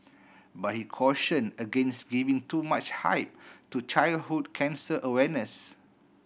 but he caution against giving too much hype to childhood cancer awareness